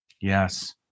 Yes